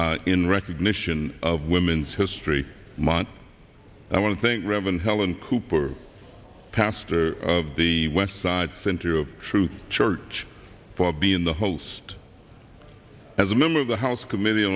in recognition of women's history month i want to think rev and helen cooper pastor of the westside center of truth church for being the host as a member of the house committee